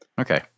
Okay